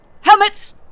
Helmets